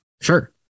Sure